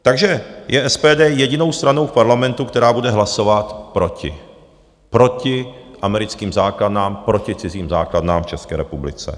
Takže SPD je jedinou stranou v parlamentu, která bude hlasovat proti, proti americkým základnám, proti cizím základnám v České republice.